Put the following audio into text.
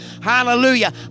Hallelujah